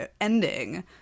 ending